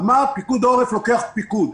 אמרת: פיקוד העורף לוקח פיקוד.